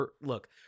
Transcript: look